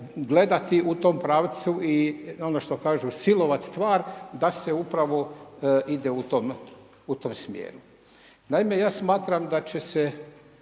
gledati u tom pravcu i ono što kažu silovat stvar da se upravo ide u tom smjeru. Naime, ja smatram da će se